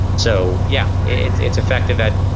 so yeah, it's it's effective that,